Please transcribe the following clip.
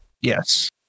yes